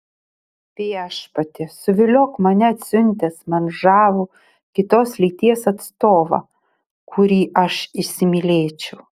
viešpatie suviliok mane atsiuntęs man žavų kitos lyties atstovą kurį aš įsimylėčiau